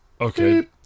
Okay